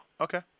Okay